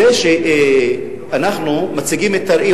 זה שאנחנו מציגים את הראי,